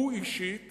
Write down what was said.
הוא אישית